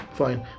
fine